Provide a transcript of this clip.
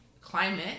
climate